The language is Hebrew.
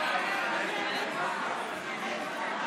חברי הכנסת, נא לשבת.